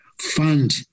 fund